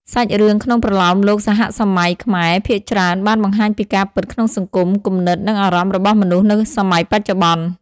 សាច់រឿងក្នុងប្រលោមលោកសហសម័យខ្មែរភាគច្រើនបានបង្ហាញពីការពិតក្នុងសង្គម គំនិត និងអារម្មណ៍របស់មនុស្សនៅសម័យបច្ចុប្បន្ន។